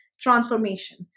transformation